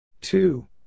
Two